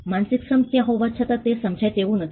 માનસિક શ્રમ ત્યાં હોવા છતાં તે સમજાય તેવું નથી